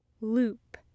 Loop